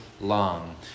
long